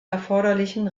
erforderlichen